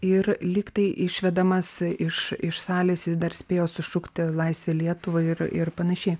ir lyg tai išvedamas iš iš salės jis dar spėjo sušukti laisvę lietuvai ir ir panašiai